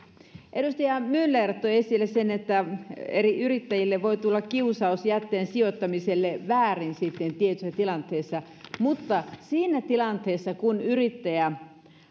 edustaja myller toi esille sen että eri yrittäjille voi tulla kiusaus jätteen sijoittamiselle väärin tietyissä tilanteissa mutta siinä tilanteessa kun yrittäjä